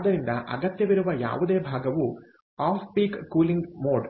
ಆದ್ದರಿಂದ ಅಗತ್ಯವಿರುವ ಯಾವುದೇ ಭಾಗವು ಆಫ್ ಪೀಕ್ ಕೂಲಿಂಗ್ ಮೋಡ್